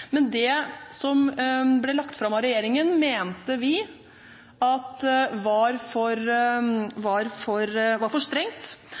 Men det som ble lagt fram av regjeringen, mente vi var for